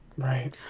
right